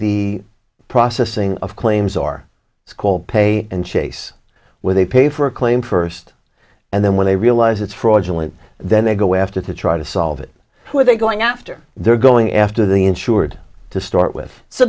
the processing of claims or is called pay and chase where they pay for a claim first and then when they realize it's fraudulent then they go after to try to solve it who are they going after they're going after the insured to start with so